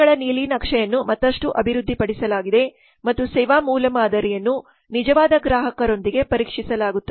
ಸೇವೆಗಳ ನೀಲನಕ್ಷೆಯನ್ನು ಮತ್ತಷ್ಟು ಅಭಿವೃದ್ಧಿಪಡಿಸಲಾಗಿದೆ ಮತ್ತು ಸೇವಾ ಮೂಲಮಾದರಿಯನ್ನು ನಿಜವಾದ ಗ್ರಾಹಕರೊಂದಿಗೆ ಪರೀಕ್ಷಿಸಲಾಗುತ್ತದೆ